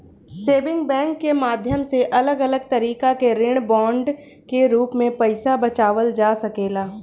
saving bank के माध्यम से अलग अलग तरीका के ऋण बांड के रूप में पईसा बचावल जा सकेला